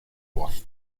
voz